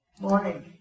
morning